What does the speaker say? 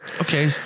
Okay